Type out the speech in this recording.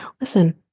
listen